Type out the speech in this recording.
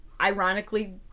ironically